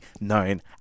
known